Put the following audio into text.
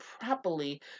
properly